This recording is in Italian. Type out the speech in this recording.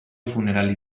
funerali